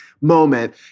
moment